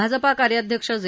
भाजपा कार्यअध्यक्ष जे